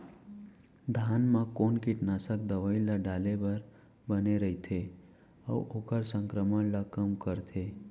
धान म कोन कीटनाशक दवई ल डाले बर बने रइथे, अऊ ओखर संक्रमण ल कम करथें?